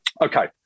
Okay